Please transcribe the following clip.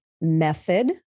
method